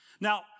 Now